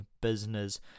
business